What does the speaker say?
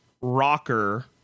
rocker